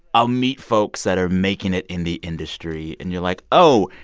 i'll meet folks that are making it in the industry. and you're like, oh,